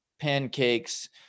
pancakes